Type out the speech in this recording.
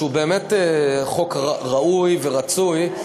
שהוא באמת ראוי ורצוי,